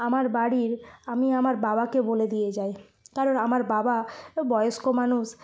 আমার বাড়ির আমি আমার বাবাকে বলে দিয়ে যাই কারণ আমার বাবা বয়স্ক মানুষ